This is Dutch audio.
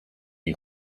die